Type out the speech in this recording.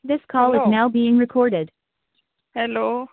this call is now being recorded